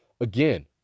Again